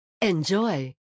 Enjoy